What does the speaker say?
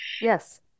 Yes